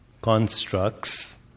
constructs